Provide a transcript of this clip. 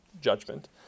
judgment